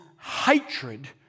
hatred